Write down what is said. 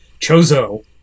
Chozo